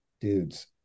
dudes